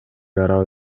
ара